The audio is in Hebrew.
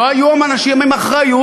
לא היו אנשים עם אחריות,